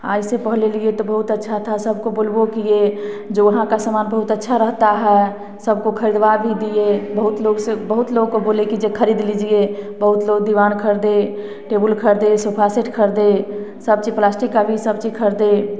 आज से पहले लिए तो बहुत अच्छा था सबको बोलबों किए जो वहाँ का सामान बहुत अच्छा रहता है सबको खरीदवा भी दिए बहुत लोग से बहुत लोग को बोले कि जे खरीद लीजिए बहुत लोग दीवान खरीदे टेबुल खरीदे सोफा सेट खरीदे सब चीज प्लास्टिक का भी सब चीज खरीदे